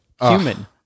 human